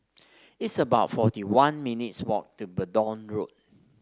it's about forty one minutes' walk to Verdun Road